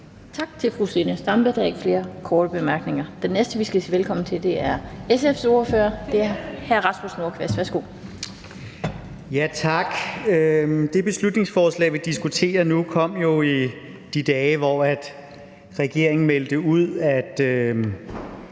Tak til fru Zenia Stampe. Der er ikke flere korte bemærkninger. Den næste, vi skal sige velkommen til, er SF's ordfører, hr. Rasmus Nordqvist. Værsgo. Kl. 18:57 (Ordfører) Rasmus Nordqvist (SF): Tak. Det beslutningsforslag, vi diskuterer nu, kom jo i de dage, hvor regeringen meldte ud, at